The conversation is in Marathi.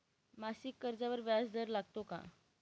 मासिक कर्जावर व्याज दर लागतो का?